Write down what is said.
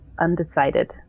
undecided